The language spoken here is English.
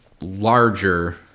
larger